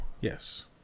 Yes